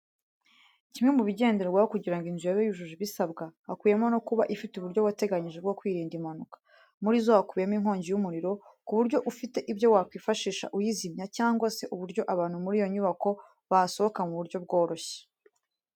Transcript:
Kimwe mubigenderwaho kugira ngo inzu yawe ibe yujuje ibisabwa, hakubiyemo no kuba ifite uburyo wateganyije bwo kwirinda impanuka. Muri zo hakubiyemo inkongi y'umuriro, ku buryo ufite ibyo wakifashisha uyizimya cyangwa se uburyo abantu bari muri iyo nyubako basohoka mu buryo bworoshye.